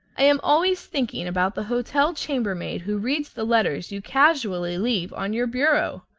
i am always thinking about the hotel chambermaid who reads the letters you casually leave on your bureau.